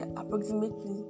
approximately